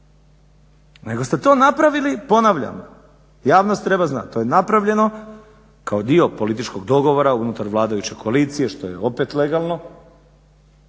nego ste to napravili, ponavljam, javnost treba znati, to je napravljeno kao dio političkog dogovora unutar vladajuće koalicije što je opet legalno